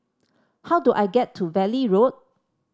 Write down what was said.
how do I get to Valley Road